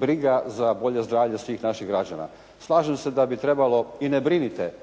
briga za bolje zdravlje svih naših građana. Slažem se da bi trebalo i ne brinite,